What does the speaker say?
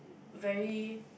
very